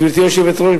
גברתי היושבת-ראש,